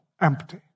empty